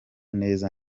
neza